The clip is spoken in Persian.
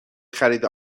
خرید